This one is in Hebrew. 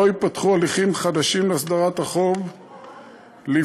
לא ייפתחו הליכים חדשים להסדרת חוב לפני